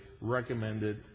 recommended